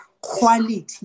quality